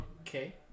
Okay